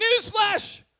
Newsflash